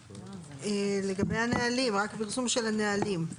לגבי הנהלים, רק פרסום של הנהלים.